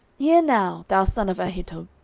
hear now, thou son of ahitub.